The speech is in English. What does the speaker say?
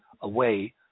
away